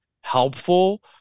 helpful